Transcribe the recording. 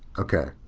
okay.